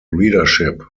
readership